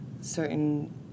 certain